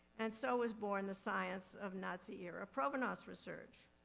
and so was born the science of nazi-era provenance research.